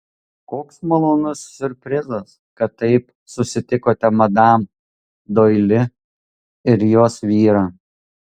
koks malonus siurprizas kad taip susitikote madam doili ir jos vyrą